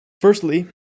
Firstly